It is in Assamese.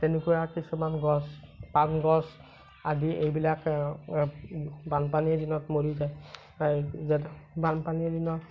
তেনেকুৱা কিছুমান গছ পাণগছ আদি এইবিলাক বানপানীৰ দিনত মৰি যায় যে বানপানীৰ দিনত